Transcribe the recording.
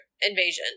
invasion